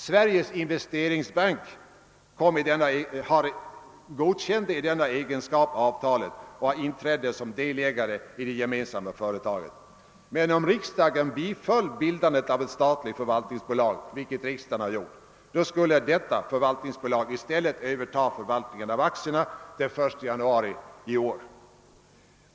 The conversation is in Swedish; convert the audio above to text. Sveriges investeringsbank godkände avtalet och inträdde som delägare i det gemensamma företaget. Under förutsättning att riksdagen biföll bildandet av 'ett statligt förvaltningsbolag — vilket den också gjorde — skulle :förvaltningen av aktierna emellertid i stället övertas av detta bolag från den 1 januari 1970.